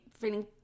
feeling